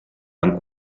han